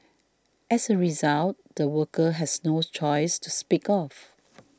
as a result the worker has no choice to speak of